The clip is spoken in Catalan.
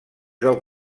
del